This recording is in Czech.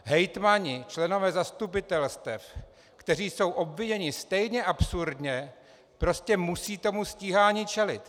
Hejtmani, členové zastupitelstev, kteří jsou obvinění stejně absurdně, prostě musí stíhání čelit.